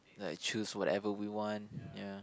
like choose whatever we want ya